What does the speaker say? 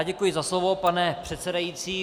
Děkuji za slovo, pane předsedající.